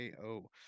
KO